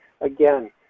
Again